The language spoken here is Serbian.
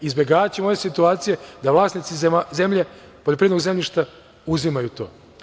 Izbegavaćemo ove situacije da vlasnici zemlje, poljoprivrednog zemljišta uzimaju to.